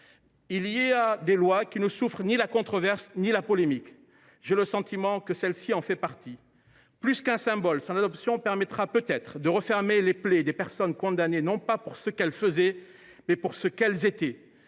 Il est des lois qui ne souffrent ni la controverse ni la polémique. J’ai le sentiment que celle ci en fait partie. Plus qu’un symbole, son adoption permettra peut être de refermer les plaies des personnes condamnées, non pas pour ce qu’elles faisaient, mais pour ce qu’elles étaient.